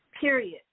period